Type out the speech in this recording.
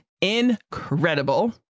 incredible